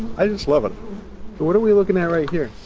i just love it what are we looking at right here?